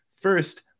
First